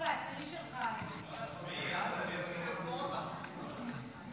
מס' 149), התשפ"ד 2024, נתקבל.